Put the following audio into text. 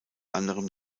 anderem